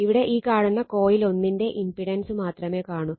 ഇവിടെ ഈ കാണുന്ന കോയിൽ 1 ന്റെ ഇമ്പിടൻസ് മാത്രമേ കാണൂ